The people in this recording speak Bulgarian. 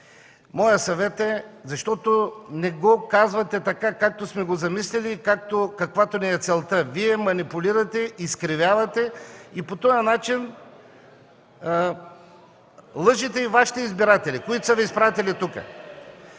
казвате, защото не го казвате така, както сме го замислили и каквато ни е целта. Вие манипулирате, изкривявате и по този начин лъжете и Вашите избиратели, които са Ви изпратили тук.